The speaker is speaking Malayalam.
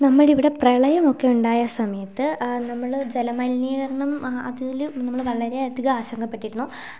നമ്മളിവിടെ പ്രളയം ഒക്കെ ഉണ്ടായ സമയത്ത് നമ്മൾ ജലമലിനീകരണം അതിൽ നമ്മൾ വളരെ അധികം ആശങ്കപ്പെട്ടിരുന്നു